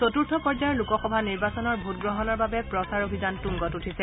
চতুৰ্থ পৰ্যায়ৰ লোকসভা নিৰ্বাচনৰ ভোটগ্ৰহণৰ বাবে প্ৰচাৰ অভিযান তুঙ্গত উঠিছে